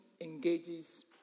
engages